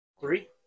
Three